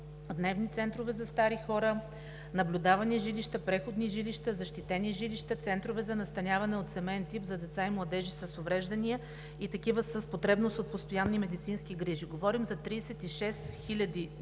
дневни центрове за стари хора, наблюдавани жилища, преходни жилища, защитени жилища, центрове за настаняване от семеен тип за деца и младежи с увреждания и такива с потребност от постоянни медицински грижи. Говорим за 36 хиляди души,